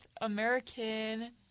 American